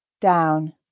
down